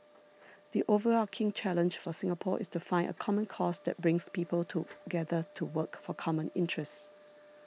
the overarching challenge for Singapore is to find a common cause that brings people together to work for common interests